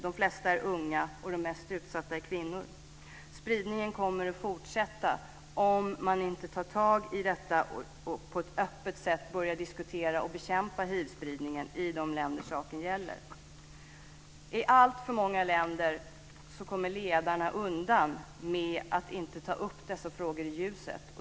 De flesta är unga, och de mest utsatta är kvinnor. Spridningen kommer att fortsätta om man inte tar tag i problemet och på ett öppet sätt börjar diskutera och bekämpa hivspridningen i de länder som det gäller. I alltför många länder kommer ledarna undan genom att inte ta upp dessa frågor i ljuset.